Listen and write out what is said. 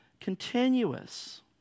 continuous